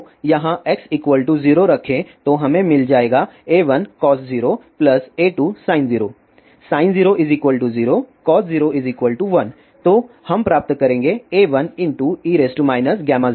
तो यहां x0 रखें तो हमें मिल जाएगा A1cos0A2sin 0 sin 0 0 cos 0 1 तो हम प्राप्त करेंगे A1e γz